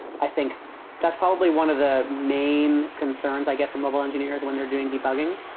i think that's probably one of the main concerns i get from mobile engineers when they're doing debugging.